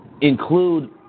include